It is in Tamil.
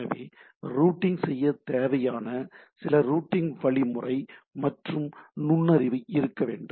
எனவே ரூட்டிங் செய்ய தேவையான சில ரூட்டிங் வழிமுறை மற்றும் நுண்ணறிவு இருக்க வேண்டும்